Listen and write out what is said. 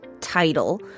title